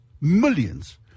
millions